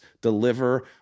deliver